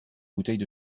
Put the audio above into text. bouteille